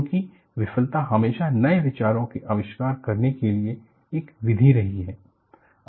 क्योंकि विफलता हमेशा नए विचारों के आविष्कार करने के लिए एक विधि रही है